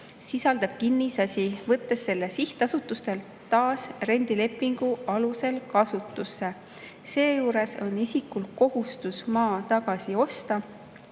sisaldav kinnisasi, võttes selle sihtasutustelt taas rendilepingu alusel kasutusse. Seejuures on isikul kohustus maa tagasi osta.